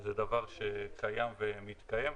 זה דבר שקיים ומתקיים.